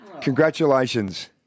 Congratulations